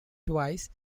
twice